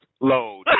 load